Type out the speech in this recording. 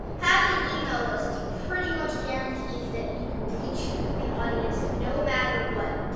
having an email list pretty much guarantees that you can reach the audience no matter what.